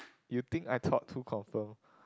you think I thought who confirm